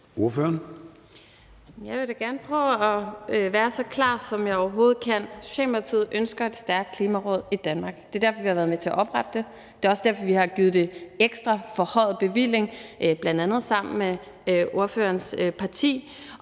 Jeg vil da gerne prøve at være så klar, som jeg overhovedet kan. Socialdemokratiet ønsker et stærkt Klimaråd i Danmark. Det er derfor, vi har været med til at oprette det. Det er også derfor, vi har givet det en ekstraforhøjet bevilling, bl.a. sammen med ordførerens parti,